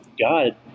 God